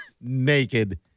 Naked